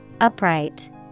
Upright